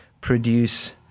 produce